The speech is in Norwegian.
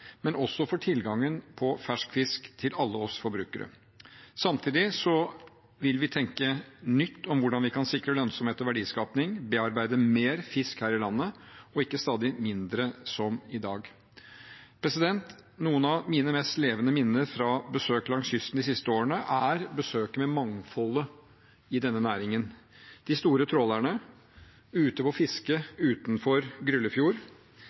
men også for tilgangen på fersk fisk til alle oss forbrukere. Samtidig vil vi tenke nytt om hvordan vi kan sikre lønnsomhet og verdiskaping og bearbeide mer fisk her i landet, ikke stadig mindre, som i dag. Noen av mine mest levende minner fra besøk langs kysten de siste årene handler om mangfoldet i denne næringen – de store trålerne ute på